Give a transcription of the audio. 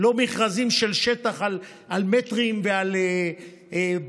לא מכרזים של שטח על מטרים ועל בלטות: